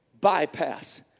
bypass